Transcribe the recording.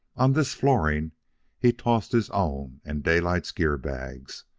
on this flooring he tossed his own and daylight's gear-bags,